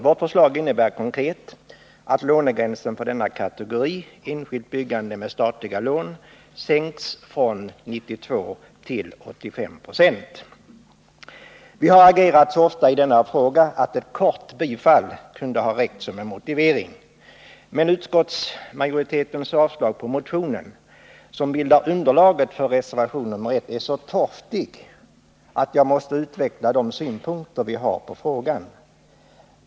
Vårt förslag innebär konkret att lånegränsen för denna kategori, enskilt byggande med statliga lån, sänks från 92 till 85 96. Vi har agerat så ofta i denna fråga att ett kort bifall kunde ha räckt som en motivering. Men utskottsmajoritetens yrkande om avslag på motionen - som bildar underlaget för reservation nr 1 — är så torftigt att jag något måste utveckla de synpunkter vi har på frågan.